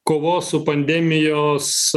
kovos su pandemijos